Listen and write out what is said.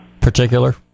Particular